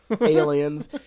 aliens